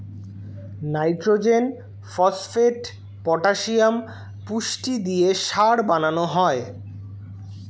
nitrogen, phosphate, potassium পুষ্টি দিয়ে সার বানানো হয়